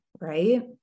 right